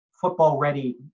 football-ready